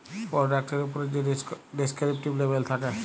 পরডাক্টের উপ্রে যে ডেসকিরিপ্টিভ লেবেল থ্যাকে